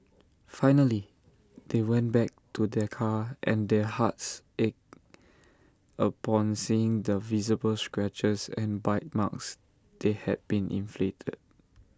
finally they went back to their car and their hearts ached upon seeing the visible scratches and bite marks that had been inflicted